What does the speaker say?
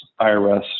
IRS